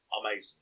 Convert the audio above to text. amazing